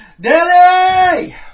Daddy